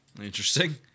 Interesting